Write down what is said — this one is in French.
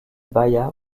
bahia